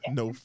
no